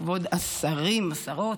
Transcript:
כבוד השרים והשרות,